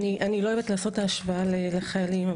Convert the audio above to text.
לא אוהבת לעשות השוואה לחיילים.